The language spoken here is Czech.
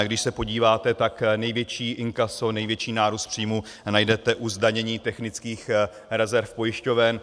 Když se podíváte, tak největší inkaso, největší nárůst příjmů, najdete u zdanění technických rezerv pojišťoven.